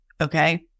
okay